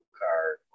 card